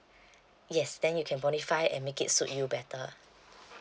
yes then you can modify and make it suit you better